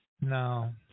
No